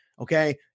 Okay